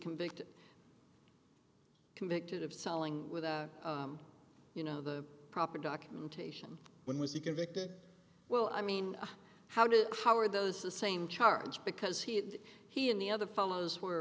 convicted convicted of selling without you know the proper documentation when was he convicted well i mean how did how are those the same charge because he if he and the other fellows were